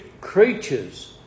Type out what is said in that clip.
creatures